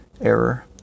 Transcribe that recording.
error